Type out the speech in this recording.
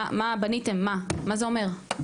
מה בניתם מה זה אומר?